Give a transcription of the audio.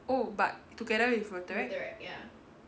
oh but together with rotaract